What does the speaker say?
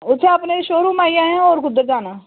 उत्थै अपने showroom आई जाएआं होर कुद्धर जाना